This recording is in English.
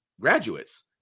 graduates